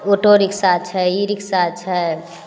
auto rickshaw छै e rickshaw छै